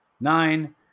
Nine